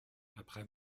après